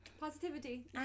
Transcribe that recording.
Positivity